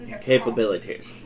Capabilities